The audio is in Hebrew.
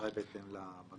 האשראי בהתאם לבקשה.